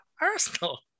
Arsenal